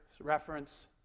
reference